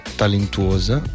talentuosa